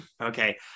Okay